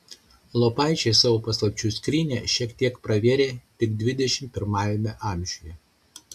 lopaičiai savo paslapčių skrynią šiek tiek pravėrė tik dvidešimt pirmajame amžiuje